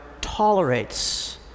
tolerates